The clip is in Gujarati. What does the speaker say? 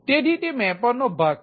તેથી તે મેપરનો ભાગ છે